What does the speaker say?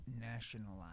nationalize